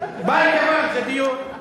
בית לבן זה דיור.